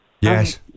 Yes